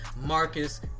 Marcus